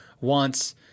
wants